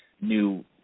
new